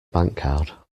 bankcard